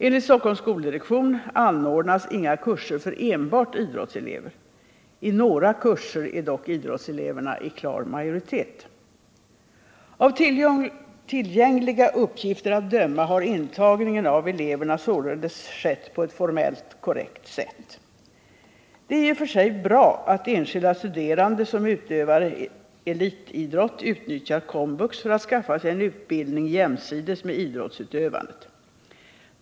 Enligt Stockholms skoldirektion anordnas inga kurser för enbart ”idrottselever”. I några kurser är dock ”idrottseleverna” i klar majoritet. Av tillgängliga uppgifter att döma har intagningen av eleverna således skett på ett formellt korrekt sätt. Det är i och för sig bra att enskilda studerande, som utövar elitidrott utnyttjar KOMVUX för att skaffa sig en utbildning jämsides med idrottsutövandet.